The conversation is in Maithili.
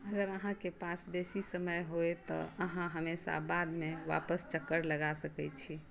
अगर अहाँकेँ पास बेसी समय होए तऽ अहाँ हमेशा बादमे वापस चक्कर लगा सकए छी